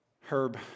Herb